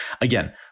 again